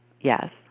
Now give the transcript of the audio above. yes